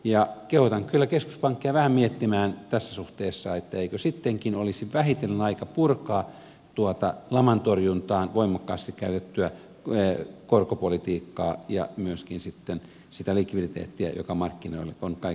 ja kehotan kyllä keskuspankkia vähän miettimään tässä suhteessa että eikö sittenkin olisi vähitellen aika purkaa tuota laman torjuntaan voimakkaasti käytettyä korkopolitiikkaa ja myöskin sitten sitä likviditeettiä joka markkinoille on kaiken kaikkiaan luotu